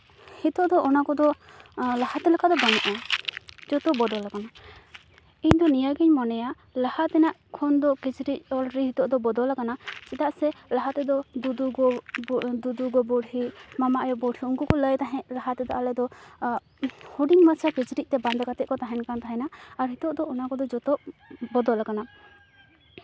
ᱱᱤᱛᱚᱜ ᱫᱚ ᱚᱱᱟ ᱠᱚᱫᱚ ᱞᱟᱦᱟᱛᱮ ᱞᱮᱠᱟ ᱫᱚ ᱵᱟᱹᱱᱩᱜᱼᱟ ᱡᱚᱛᱚ ᱵᱚᱫᱚᱞ ᱟᱠᱟᱱᱟ ᱤᱧᱫᱚ ᱱᱤᱭᱟᱹᱜᱤᱧ ᱢᱚᱱᱮᱭᱟ ᱞᱟᱦᱟ ᱛᱮᱱᱟᱜ ᱠᱷᱚᱱ ᱫᱚ ᱠᱤᱪᱨᱤᱡ ᱚᱞᱨᱮᱰᱤ ᱱᱤᱛᱚᱜ ᱫᱚ ᱵᱚᱫᱚᱞ ᱟᱠᱟᱱᱟ ᱪᱮᱫᱟᱜ ᱥᱮ ᱞᱟᱦᱟ ᱛᱮᱫᱚ ᱫᱩᱫᱩᱜᱚ ᱵᱩᱲᱦᱤ ᱢᱟᱢᱟ ᱟᱭᱚ ᱵᱩᱲᱦᱤ ᱩᱱᱠᱩ ᱠᱚ ᱞᱟᱹᱭ ᱛᱟᱦᱮᱸᱜ ᱞᱟᱦᱟ ᱛᱮᱫᱚ ᱟᱞᱮᱫᱚ ᱦᱩᱰᱤᱧ ᱢᱟᱪᱷᱟ ᱠᱤᱪᱨᱤᱡᱛᱮ ᱵᱟᱸᱫᱮ ᱠᱟᱛᱮᱜ ᱠᱚ ᱛᱟᱦᱮᱱ ᱠᱟᱱ ᱛᱟᱦᱮᱱᱟ ᱟᱨ ᱱᱤᱛᱚᱜ ᱫᱚ ᱚᱱᱟ ᱠᱚᱫᱚ ᱡᱚᱛᱚ ᱵᱚᱫᱚᱞ ᱟᱠᱟᱱᱟ